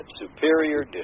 superior